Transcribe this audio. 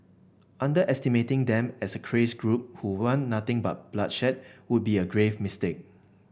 underestimating them as a crazed group who want nothing but bloodshed would be a grave mistake